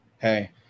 hey